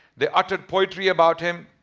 they uttered poetry about him.